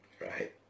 Right